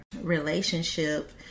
relationship